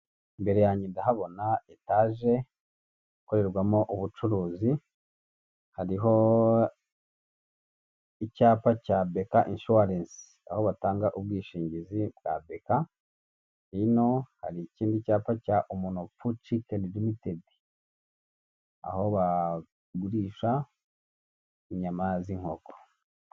Imbere yanjye ndahabona etaje ikorerwamo ubucuruzi, hariho icyapa cya beka inshuwarensi, aho batanga ubwishingizi bwa beka, hino hari ikindi cyapa cya munopfu cikeni rimitedi, aho bagurisha inyama z'inkoko.